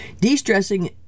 De-stressing